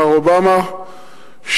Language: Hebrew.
מר אובמה,